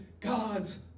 God's